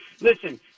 listen